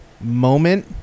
moment